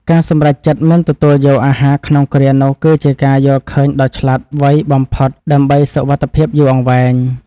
ការសម្រេចចិត្តមិនទទួលយកអាហារក្នុងគ្រានោះគឺជាការយល់ឃើញដ៏ឆ្លាតវៃបំផុតដើម្បីសុវត្ថិភាពយូរអង្វែង។